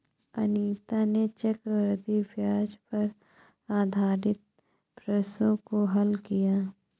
अनीता ने चक्रवृद्धि ब्याज पर आधारित प्रश्नों को हल किया